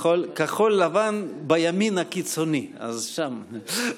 כחול לבן בימין הקיצוני, אז שם,